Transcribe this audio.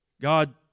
God